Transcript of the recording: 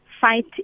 fight